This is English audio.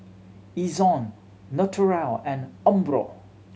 Ezion Naturel and Umbro